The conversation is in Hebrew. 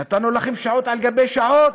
נתנו לכם שעות על גבי שעות,